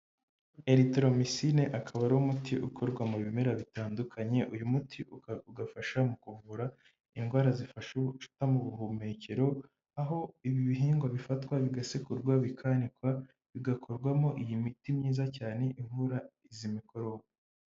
Eritoromisine akaba ari umuti ukorwa mu bimera bitandukanye, uyu muti ugafasha mu kuvura indwara zifasha indwara zifata mu buhumekero, aho ibi bihingwa bifatwa bigasekurwa bikanikwa bigakorwamo iyi miti myiza cyane ivura izi mikorobe.